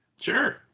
Sure